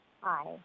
Hi